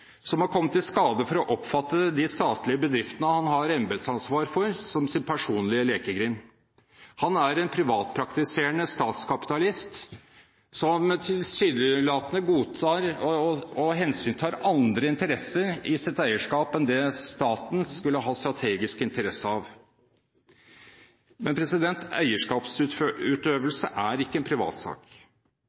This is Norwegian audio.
som har kommet i skade for å oppfatte de statlige bedriftene han har embetsansvar for, som sin personlige lekegrind. Han er en privatpraktiserende statskapitalist som tilsynelatende godtar og hensyntar andre interesser i sitt eierskap enn det staten skulle ha strategisk interesse av. Men eierskapsutøvelse er ikke en privatsak.